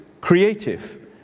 creative